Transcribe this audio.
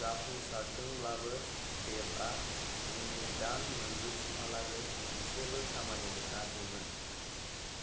जाफुंसारदोंब्लाबो देबआ उननि दान मोनब्रैसिमहालागै मोनसेबो खामानि मोनाखैमोन